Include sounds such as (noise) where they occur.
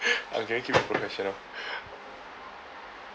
ang can you keep it professional (laughs)